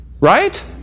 Right